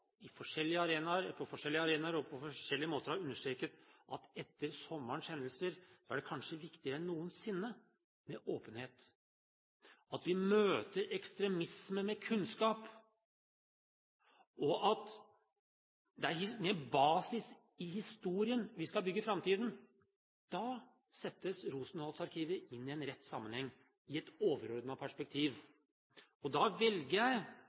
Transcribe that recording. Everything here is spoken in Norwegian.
på forskjellige arenaer og på forskjellige måter – har understreket, at etter sommerens hendelser er det kanskje viktigere enn noensinne med åpenhet, at vi møter ekstremisme med kunnskap, og at det er med basis i historien vi skal bygge framtiden. Da settes Rosenholz-arkivet inn i en rett sammenheng, i et overordnet perspektiv. Da velger jeg